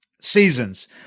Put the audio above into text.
seasons